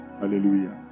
Hallelujah